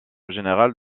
général